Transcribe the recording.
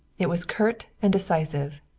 it was curt and decisive.